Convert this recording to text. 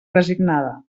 resignada